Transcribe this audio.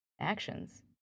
actions